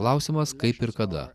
klausimas kaip ir kada